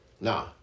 nah